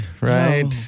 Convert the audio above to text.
right